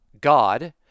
God